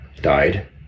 died